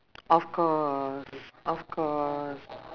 of course of course